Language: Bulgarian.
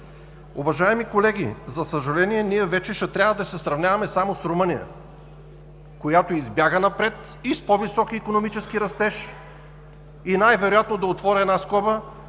Уважаеми колеги, за съжаление, ние вече ще трябва да се сравняваме само с Румъния, която избяга напред и е с по-висок икономически растеж. И, най-вероятно, да отворя една скоба